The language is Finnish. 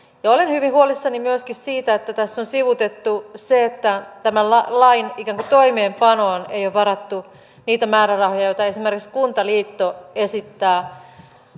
olen hyvin huolissani myöskin siitä että tässä on sivuutettu se että tämän lain ikään kuin toimeenpanoon ei ole varattu niitä määrärahoja joita esimerkiksi kuntaliitto esittää